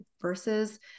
versus